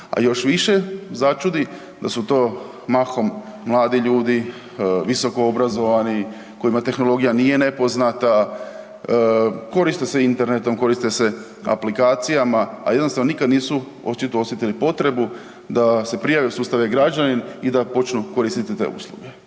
A još više začudi da su to mahom mladi ljudi, visokoobrazovani, kojima tehnologija nije nepoznata, koriste se internetom, koriste se aplikacijama, a jednostavno nikad nisu očito osjetili potrebu da se prijave u sustav e-Građanin i da počnu koristiti te usluge.